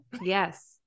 Yes